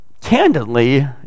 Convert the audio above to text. candidly